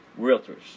realtors